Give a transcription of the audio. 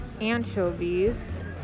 anchovies